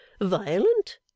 Violent